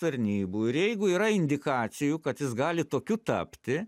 tarnybų ir jeigu yra indikacijų kad jis gali tokiu tapti